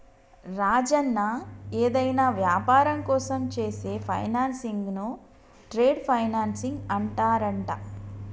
రాజన్న ఏదైనా వ్యాపారం కోసం చేసే ఫైనాన్సింగ్ ను ట్రేడ్ ఫైనాన్సింగ్ అంటారంట